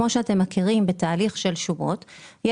כמו שאתם מכירים בתהליך של שומות,